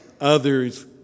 others